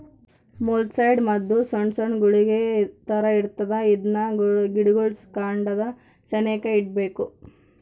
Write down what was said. molluscicide ಮದ್ದು ಸೊಣ್ ಸೊಣ್ ಗುಳಿಗೆ ತರ ಇರ್ತತೆ ಇದ್ನ ಗಿಡುಗುಳ್ ಕಾಂಡದ ಸೆನೇಕ ಇಡ್ಬಕು